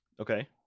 Okay